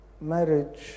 marriage